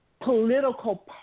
political